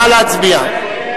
נא להצביע.